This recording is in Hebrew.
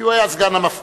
כי הוא היה סגן המפכ"ל,